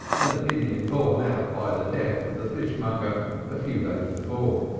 an opinion borne out by the death of the fishmonger a few days before.